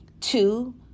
two